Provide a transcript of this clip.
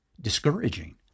discouraging